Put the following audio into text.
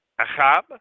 achab